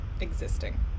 existing